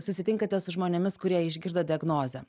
susitinkate su žmonėmis kurie išgirdo diagnozę